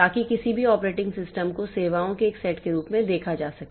ताकि किसी भी ऑपरेटिंग सिस्टम को सेवाओं के एक सेट के रूप में देखा जा सके